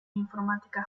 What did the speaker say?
informática